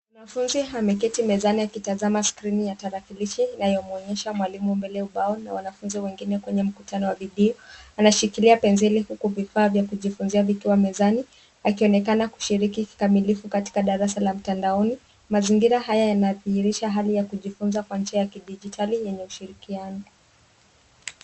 Wanafunzi ameketi mezani akitazama skrini ya tarakilishi inayomwonyesha mwalimu mbele ya ubao na wanafunzi wengine kwenye mkutano wa video. Anashikilia penseli huku vifaa vya kujifunzia vikiwa mezani akionekana kushiriki kikamilifu katika darasa la mtandaoni. Mazingira haya yanadhihirisha hali ya kujifunza kwa njia ya kidijitali yenye ushirikiano.